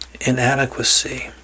inadequacy